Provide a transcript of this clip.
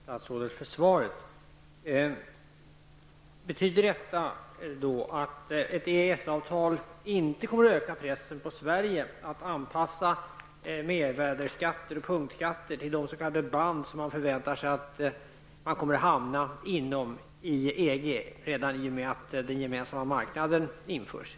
Herr talman! Jag får tacka statsrådet för svaret. Betyder detta att ett EES-avtal inte kommer att öka pressen på Sverige att anpassa mervärdeskatter och punktskatter till de s.k. band som man förväntar sig hamna inom EG redan i och med att den gemensamma marknaden införs?